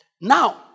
Now